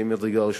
ממדרגה ראשונה.